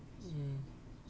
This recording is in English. mm